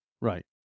Right